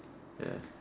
ya